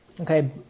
Okay